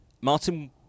Martin